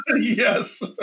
Yes